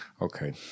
Okay